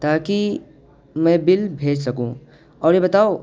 تاکہ میں بل بھیج سکوں اور یہ بتاؤ